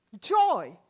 Joy